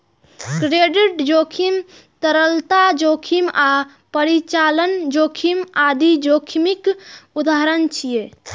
credit जोखिम, तरलता जोखिम आ परिचालन जोखिम आदि जोखिमक उदाहरण छियै